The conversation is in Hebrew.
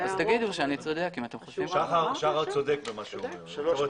אם אתם חושבים שאני צודק, תגידו.